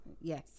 Yes